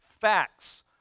facts